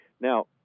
Now